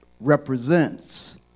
represents